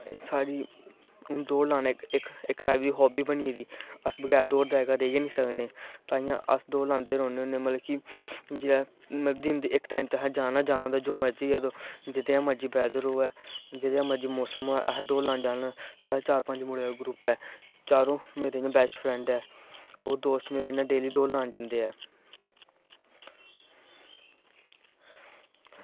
साढ़ी दौड़ लानै दी इक्क टाईप दी हॉबी बनी गेदी अस बगैर दौड़ दे रेही गै निं सकदे ताहियें अस दौड़ लांदे रौह्ने होने की जियां की इक्क टाईम असें जाना गै जाना होंदा जे मर्जी होऐ जित्थें मर्जी पैदल होऐ जनेहा मर्जी मौसम होऐ असें दौड़ लानै गी जाना गै जाना साढ़े चार पंज मुड़ें दा ग्रूप ऐ चारों मेरे बेस्ट फ्रैंड ऐ ओह् दोस्त मेरे कन्नै डेली दौड़ लानै गी जंदे ऐ